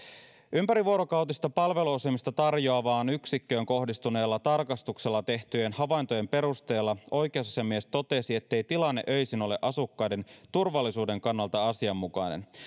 ympärivuorokautista palveluasumista tarjoavaan yksikköön kohdistuneella tarkastuksella tehtyjen havaintojen perusteella oikeusasiamies totesi ettei tilanne öisin ole asukkaiden turvallisuuden kannalta asianmukainen